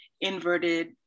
inverted